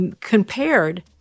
compared